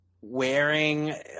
wearing